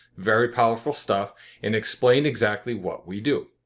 very powerful stuff and explained exactly what we do.